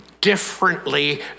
differently